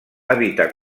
evitar